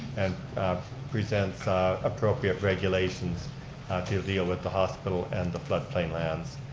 and presents appropriate regulations to deal with the hospital and the flood plain lands.